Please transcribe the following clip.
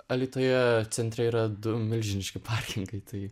alytuje centre yra du milžiniški parkingai tai